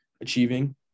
achieving